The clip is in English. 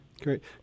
Great